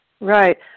Right